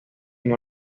unió